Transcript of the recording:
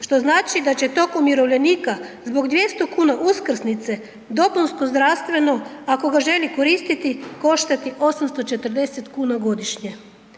što znači da će tog umirovljenika zbog 200,00 kn uskrsnice dopunsko zdravstveno ako ga želi koristiti koštati 840,00 kn godišnje.